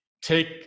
Take